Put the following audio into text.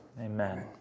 Amen